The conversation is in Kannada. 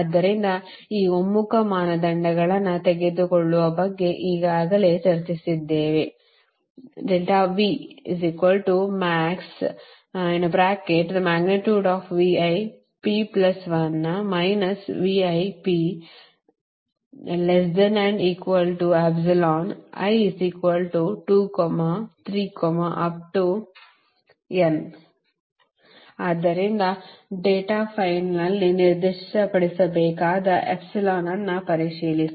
ಆದ್ದರಿಂದ ಈ ಒಮ್ಮುಖ ಮಾನದಂಡಗಳನ್ನು ತೆಗೆದುಕೊಳ್ಳುವ ಬಗ್ಗೆ ಈಗಾಗಲೇ ಚರ್ಚಿಸಿದ್ದೇವೆ ಆದ್ದರಿಂದ ಡೇಟಾ ಫೈಲ್ನಲ್ಲಿ ನಿರ್ದಿಷ್ಟಪಡಿಸಬೇಕಾದ ಎಪ್ಸಿಲಾನ್ ಅನ್ನು ಪರಿಶೀಲಿಸಿ